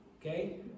Okay